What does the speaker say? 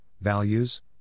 values